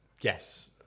Yes